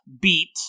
beat